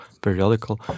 periodical